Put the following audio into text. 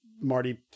Marty